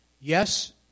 Yes